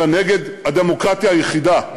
אלא נגד הדמוקרטיה היחידה,